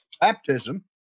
baptism